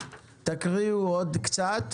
תקריאו עוד קצת